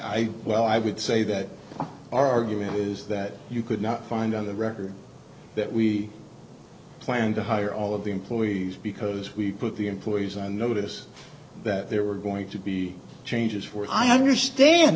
guy well i would say that our argument is that you could not find on the record that we planned to hire all of the employees because we put the employees on notice that they were going to be changes for i understand